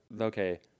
okay